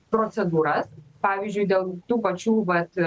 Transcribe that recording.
procedūras pavyzdžiui dėl tų pačių vat